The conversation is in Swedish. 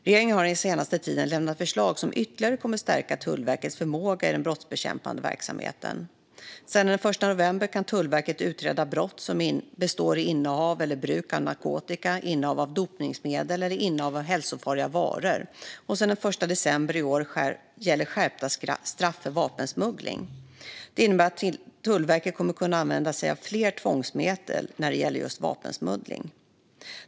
Regeringen har den senaste tiden lämnat förslag som ytterligare kommer att stärka Tullverkets förmåga i den brottsbekämpande verksamheten. Sedan den 1 november kan Tullverket utreda brott som består i innehav eller bruk av narkotika, innehav av dopningsmedel och innehav av hälsofarliga varor, och sedan den 1 december gäller skärpta straff för vapensmuggling. Det innebär att Tullverket kommer att kunna använda sig av fler tvångsmedel när det gäller just vapensmuggling.